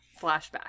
flashback